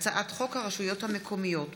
וכלה בהצעת חוק פ/5451/20: הצעת חוק הרשויות המקומיות (בחירות)